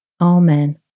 Amen